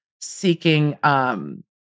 seeking